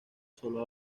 sólo